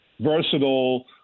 versatile